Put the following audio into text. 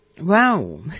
Wow